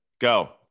Go